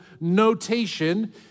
notation